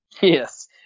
Yes